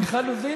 מיכל רוזין?